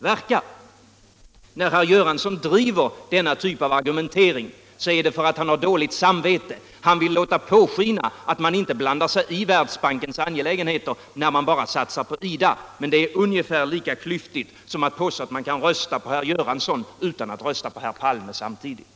Herr Göransson driver denna typ av argumentering därför att han har dåligt samvete. Han vill låta påskina att man inte blandar sig i Världsbankens angcelägenheter, när man bara satsar på IDA. Men det är ungefär lika klyftigt som att påstå att man kan rösta på herr Göransson utan att samtidigt rösta på herr Palme.